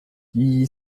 die